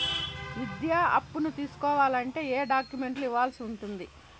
విద్యా అప్పును తీసుకోవాలంటే ఏ ఏ డాక్యుమెంట్లు ఇవ్వాల్సి ఉంటుంది